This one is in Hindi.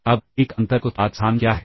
अब एक आंतरिक उत्पाद स्थान क्या है